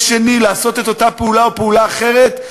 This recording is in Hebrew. שני לעשות את אותה פעולה או פעולה אחרת,